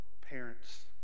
parents